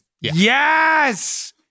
Yes